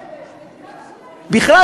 בכלל,